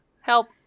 help